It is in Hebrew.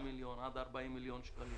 עד 40 מיליון שקלים.